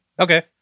Okay